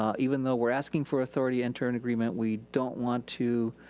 even though we're asking for authority into an agreement, we don't want to